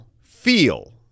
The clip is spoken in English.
feel